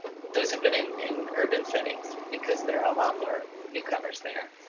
those have been in in urban settings because there are a lot more newcomers there.